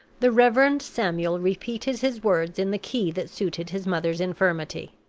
the reverend samuel repeated his words in the key that suited his mother's infirmity.